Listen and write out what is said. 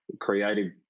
Creative